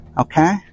okay